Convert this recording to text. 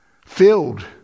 filled